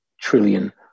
trillion